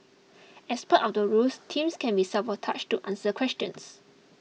as part of the rules teams can be sabotaged to answer questions